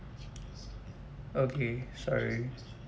okay sorry